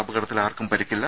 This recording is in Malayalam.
അപകടത്തിൽ ആർക്കും പരുക്കില്ല